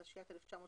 התשי"ט-1959.